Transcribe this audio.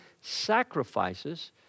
sacrifices